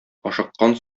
ашыккан